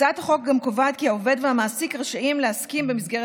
הצעת החוק גם קובעת כי העובד והמעסיק רשאים להסכים במסגרת